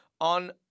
on